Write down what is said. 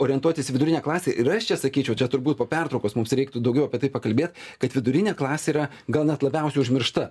orientuotis į vidurinę klasę ir aš čia sakyčiau čia turbūt po pertraukos mums reiktų daugiau apie tai pakalbėt kad vidurinė klasė yra gal net labiausiai užmiršta